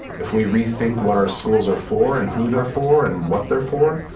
if we rethink what our schools are for and who they're for and what they're for,